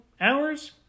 hours